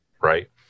right